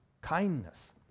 kindness